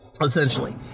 Essentially